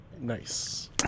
Nice